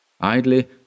Idly